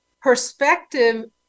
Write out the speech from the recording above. Perspective